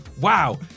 Wow